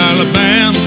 Alabama